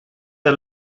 der